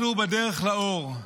אנחנו בדרך לאור.